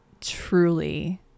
truly